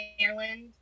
Maryland